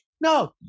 no